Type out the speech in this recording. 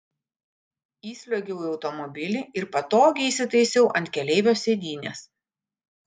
įsliuogiau į automobilį ir patogiai įsitaisiau ant keleivio sėdynės